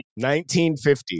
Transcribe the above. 1950